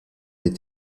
les